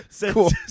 Cool